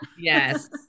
yes